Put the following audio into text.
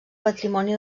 patrimoni